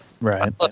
Right